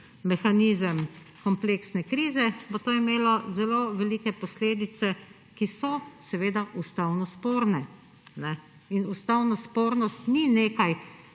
mehanizem kompleksne krize, bo to imelo zelo velike posledice, ki so seveda ustavno sporne. In ustavna spornost ni nekaj,